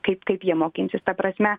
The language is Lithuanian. kaip kaip jie mokinsis ta prasme